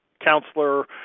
counselor